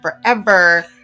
forever